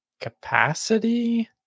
capacity